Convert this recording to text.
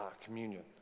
communion